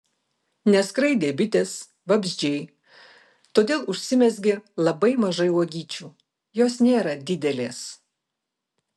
neskraidė bitės vabzdžiai todėl užsimezgė labai mažai uogyčių jos nėra didelės